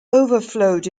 overflowed